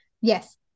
Yes